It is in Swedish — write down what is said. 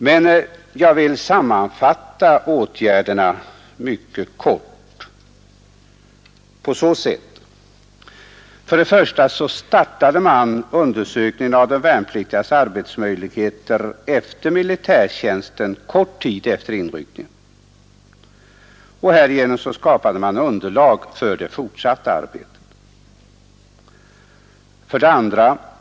Men jag vill kortfattat sammanfatta åtgärderna på följande sätt: 1. Man startade undersökningen av de värnpliktigas arbetsmöjligheter efter militärtjänsten kort tid efter inryckningen. Härigenom skapade man underlag för det fortsatta arbetet. 2.